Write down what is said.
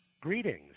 Greetings